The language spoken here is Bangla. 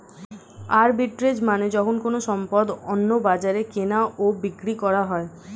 আরবিট্রেজ মানে যখন কোনো সম্পদ অন্য বাজারে কেনা ও বিক্রি করা হয়